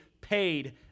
paid